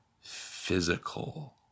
physical